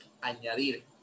añadir